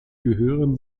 gehören